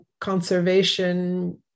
conservation